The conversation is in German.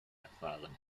erfahren